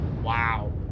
Wow